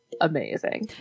Amazing